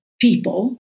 people